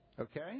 Okay